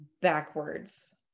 backwards